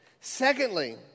Secondly